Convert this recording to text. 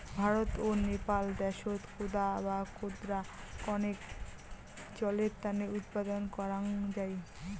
ভারত ও নেপাল দ্যাশত কোদা বা কোদরা কণেক জলের তানে উৎপাদন করাং যাই